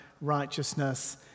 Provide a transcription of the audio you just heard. righteousness